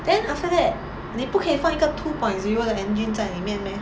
then after that 你不可以换一个 two point zero 的 engine 在里面 meh